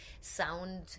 sound